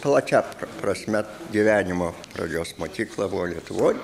plačia prasme gyvenimo pradžios mokykla buvo lietuvoj